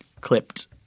clipped